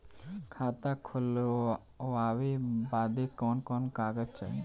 खाता खोलवावे बादे कवन कवन कागज चाही?